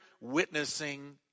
witnessing